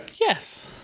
Yes